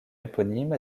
éponyme